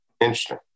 Interesting